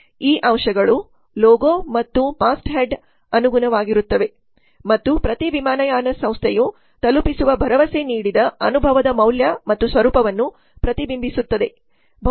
ಈ ಅಂಶಗಳು ಲೋಗೋ ಮತ್ತು ಮಾಸ್ಟ್ಹೆಡ್ಗೆ ಅನುಗುಣವಾಗಿರುತ್ತವೆ ಮತ್ತು ಪ್ರತಿ ವಿಮಾನಯಾನ ಸಂಸ್ಥೆಯು ತಲುಪಿಸುವ ಭರವಸೆ ನೀಡಿದ ಅನುಭವದ ಮೌಲ್ಯ ಮತ್ತು ಸ್ವರೂಪವನ್ನು ಪ್ರತಿಬಿಂಬಿಸುತ್ತದೆ